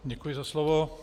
Děkuji za slovo.